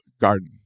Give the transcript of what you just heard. garden